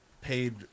paid